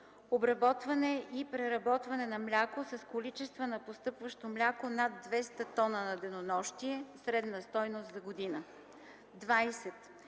Обработване и преработване на мляко с количество на постъпващо мляко над 200 т на денонощие (средна стойност за година). 20.